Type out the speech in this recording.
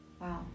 Wow